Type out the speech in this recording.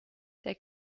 der